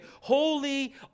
holy